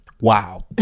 Wow